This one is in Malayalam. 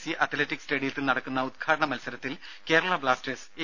സി അത് ലറ്റിക് സ്റ്റേഡിയത്തിൽ നടക്കുന്ന ഉദ്ഘാടന മൽസരത്തിൽ കേരള ബ്ലാസ്റ്റേഴ്സ് എ